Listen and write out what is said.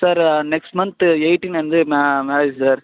sir next month eighteen வந்து May marriage sir